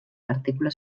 partícula